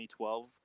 2012